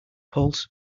pulse